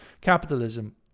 capitalism